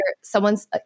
someone's